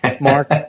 Mark